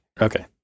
Okay